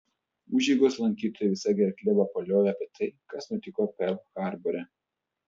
užeigos lankytojai visa gerkle vapaliojo apie tai kas nutiko perl harbore